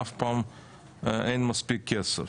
אף פעם אין מספיק כסף.